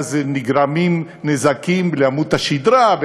ואז נגרמים נזקים לעמוד השדרה.